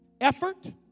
effort